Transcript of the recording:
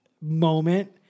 moment